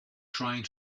trying